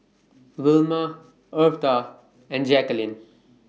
Vilma Eartha and Jackeline